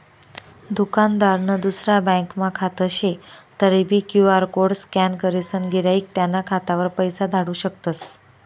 दुकानदारनं दुसरा ब्यांकमा खातं शे तरीबी क्यु.आर कोड स्कॅन करीसन गिराईक त्याना खातावर पैसा धाडू शकतस